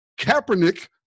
Kaepernick